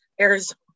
Arizona